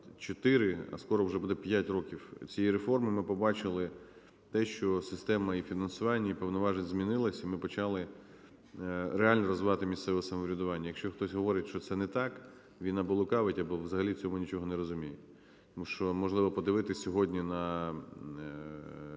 за 4, а скоро вже буде 5 років, цієї реформи, ми побачили, що система і фінансування, і повноважень змінилася, і ми почали реально розвивати місцеве самоврядування. Якщо хтось говорить, що це не так, він або лукавить або взагалі в цьому нічого не розуміє. Тому що можливо подивитись сьогодні на